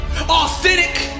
Authentic